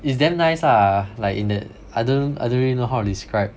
it's damn nice lah like in that I don't I don't really know how to describe